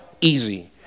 Easy